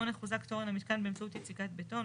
(8) חוזק תורן המיתקן באמצעות יציקת בטון,